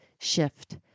shift